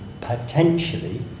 potentially